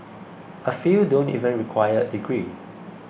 a few don't even require a degree